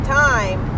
time